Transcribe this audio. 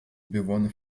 bewohner